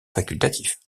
facultatif